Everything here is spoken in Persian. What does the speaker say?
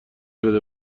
بده